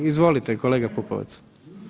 Izvolite kolega Pupavac.